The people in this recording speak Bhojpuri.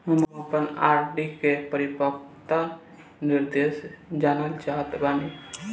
हम आपन आर.डी के परिपक्वता निर्देश जानल चाहत बानी